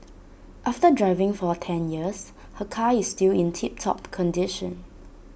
after driving for ten years her car is still in tip top condition